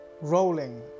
rolling